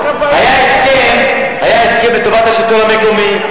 היה הסכם לטובת השלטון המקומי,